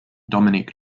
dominique